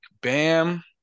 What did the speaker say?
Bam